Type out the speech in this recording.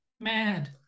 Mad